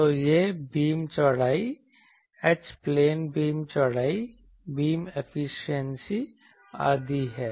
तो यह बीम चौड़ाई H प्लेन बीम चौड़ाई बीम एफिशिएंसी आदि है